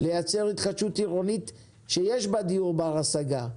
יש לייצר התחדשות עירונית שיש בה דיור בר השגה.